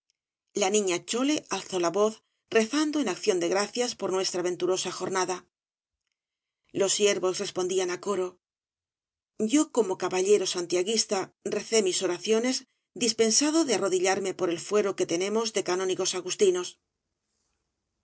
la niña chole alzó la voz rezando en acción de gracias por nuestra venturosa jornada los siervos respondían á coro yo como caballero santiaguista recé mis oraciones dispensado de arrodillarme por el fuero que tenemos de canónigos agustinos